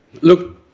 Look